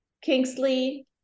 Kingsley